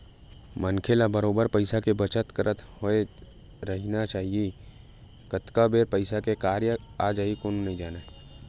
मनखे ल बरोबर पइसा के बचत करत होय रहिना चाही कतका बेर पइसा के काय काम आ जाही कोनो नइ जानय